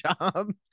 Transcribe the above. job